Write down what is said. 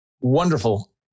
wonderful